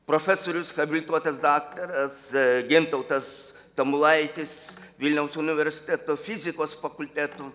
profesorius habilituotas daktaras gintautas tamulaitis vilniaus universiteto fizikos fakulteto